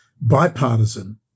bipartisan